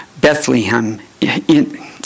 Bethlehem